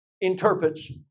interprets